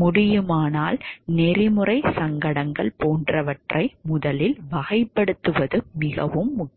முடியுமானால் நெறிமுறை சங்கடங்கள் போன்றவற்றை முதலில் வகைப்படுத்துவது மிகவும் முக்கியம்